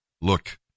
Look